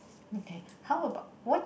okay how about what